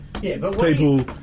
people